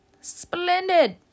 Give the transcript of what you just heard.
Splendid